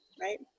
right